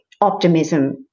optimism